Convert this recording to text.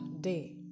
day